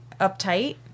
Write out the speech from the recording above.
uptight